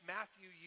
Matthew